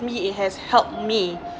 me it has helped me